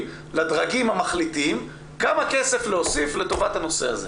לדרגים המחליטים כמה כסף להוסיף לטובת הנושא הזה?